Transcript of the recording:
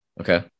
Okay